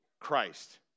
Christ